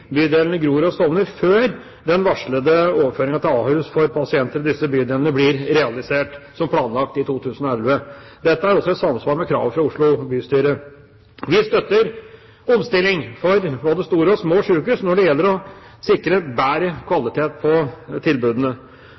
bydelene Grorud og Stovner før den varslede overføringen til Ahus for pasienter i disse bydelene blir realisert, som planlagt, i 2011. Dette er også i samsvar med kravet fra Oslo bystyre. Vi støtter omstilling for både store og små sykehus når det gjelder å sikre bedre kvalitet på tilbudene.